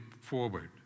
forward